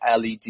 led